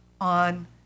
on